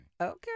Okay